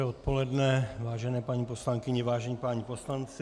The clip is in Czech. Dobré odpoledne, vážené paní poslankyně, vážení páni poslanci.